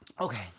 Okay